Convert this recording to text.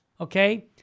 Okay